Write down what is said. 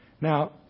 Now